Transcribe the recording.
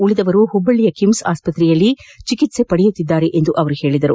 ಉಳಿದವರು ಹುಬ್ಬಳ್ಳಿಯ ಕಿಮ್ಸ್ ಆಸ್ಪತ್ರೆಯಲ್ಲಿ ಚಿಕಿತ್ಸೆ ಪಡೆಯುತ್ತಿದ್ದಾರೆ ಎಂದು ಅವರು ಹೇಳಿದರು